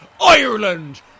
Ireland